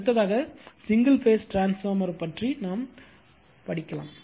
அடுத்ததாக single phase transformer பற்றி பார்க்கலாம்